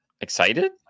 Excited